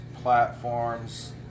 platforms